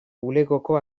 bulegoko